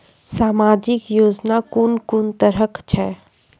समाजिक योजना कून कून तरहक छै?